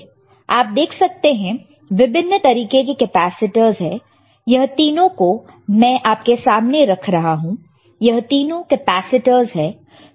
तो आप देख सकते हैं विभिन्न तरीके के कैपेसिटरस है यह तीनों को मैं आपके सामने रख रहा हूं यह तीनों कैपेसिटरस है